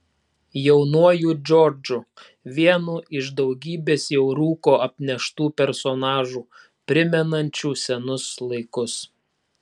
jaunuoju džordžu vienu iš daugybės jau rūko apneštų personažų primenančių senus laikus